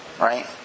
right